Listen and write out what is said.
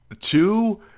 two